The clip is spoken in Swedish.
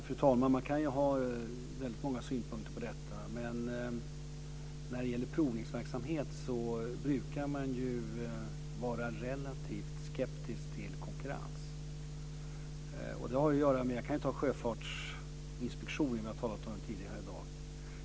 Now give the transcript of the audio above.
Fru talman! Man kan ha väldigt många synpunkter på detta. Men när det gäller provningsverksamhet brukar man vara relativt skeptisk till konkurrens. Jag kan som exempel ta Sjöfartsinspektionen, som vi har talat om här tidigare i dag.